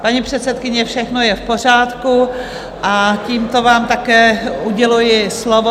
Paní předsedkyně, všechno je v pořádku a tímto vám také uděluji slovo.